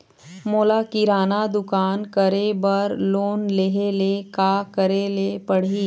मोला किराना दुकान करे बर लोन लेहेले का करेले पड़ही?